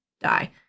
die